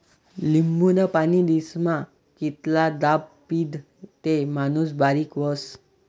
लिंबूनं पाणी दिनमा कितला दाव पीदं ते माणूस बारीक व्हस?